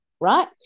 right